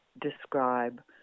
describe